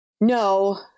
No